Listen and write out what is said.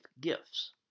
gifts